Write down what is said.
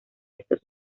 estos